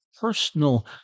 personal